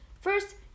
First